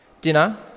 Dinner